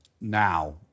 now